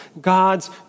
God's